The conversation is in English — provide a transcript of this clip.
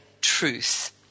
truth